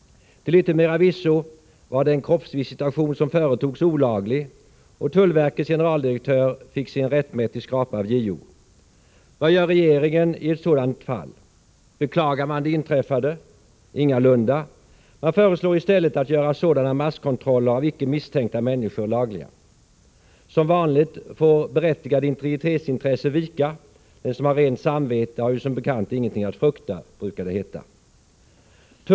Till yttermera visso var den kroppsvisitation som företogs olaglig, och tullverkets generaldirektör fick sig en rättmätig skrapa av JO. Vad gör regeringen i ett sådant fall? Beklagar man det inträffade? Ingalunda! Man föreslår i stället att sådana masskontroller av icke misstänkta människor skall göras lagliga. Som vanligt får berättigade integritetsintressen vika. Den som har rent samvete har ingenting att frukta, brukar det som bekant heta.